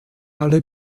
alle